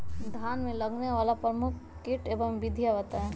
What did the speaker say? धान में लगने वाले प्रमुख कीट एवं विधियां बताएं?